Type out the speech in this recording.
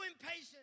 impatient